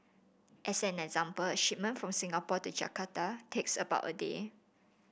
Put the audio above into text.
as an example a shipment from Singapore to Jakarta takes about a day